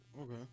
Okay